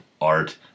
art